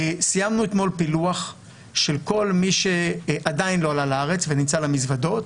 סיימנו אתמול פילוח של כל מי שעדיין לא עלה לארץ ונמצא על המזוודות,